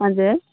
हजुर